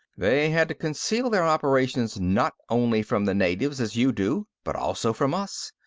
they had to conceal their operations not only from the natives, as you do, but also from us.